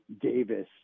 Davis